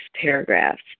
paragraphs